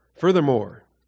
Furthermore